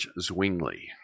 Zwingli